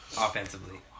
offensively